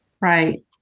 Right